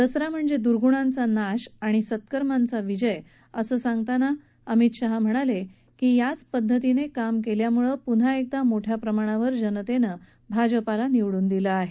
दसरा म्हणजे दुर्ग्णांचा नाश आणी सत्कर्माचा विजय अस सांगताना अमित शहा म्हणाले की याच पदधतीने काम केल्यामुळे भाजपाला पुन्हा एकदा मोठ्या प्रमाणावर जनतेने निवडून दिलं आहे